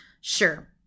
sure